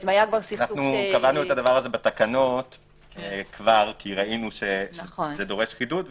קבענו את זה בתקנות כי ראינו שזה דורש חידוד.